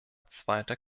zweiter